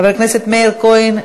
חבר הכנסת מאיר כהן,